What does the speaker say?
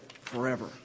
forever